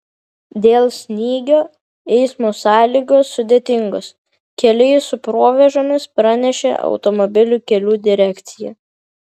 dėl snygio eismo sąlygos sudėtingos keliai su provėžomis pranešė automobilių kelių direkcija